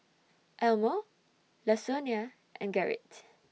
Elmore Lasonya and Gerrit